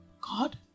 God